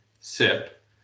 SIP